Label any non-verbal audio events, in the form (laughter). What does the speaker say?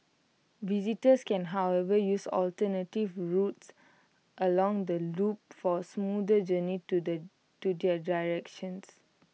visitors can however use alternative routes along the loop for A smoother journey to the to their (unintelligible)